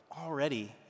already